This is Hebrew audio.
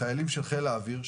חיילים של חיל אוויר,